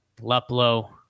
Luplo